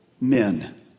men